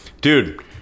Dude